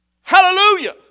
Hallelujah